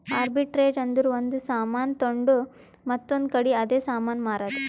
arbitrage ಅಂದುರ್ ಒಂದ್ ಸಾಮಾನ್ ತೊಂಡು ಮತ್ತೊಂದ್ ಕಡಿ ಅದೇ ಸಾಮಾನ್ ಮಾರಾದ್